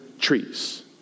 trees